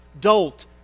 dolt